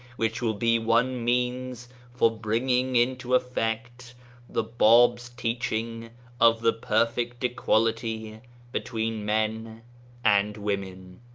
which will be one means for bringing into effect the bab's teaching of the perfect equality between men and women.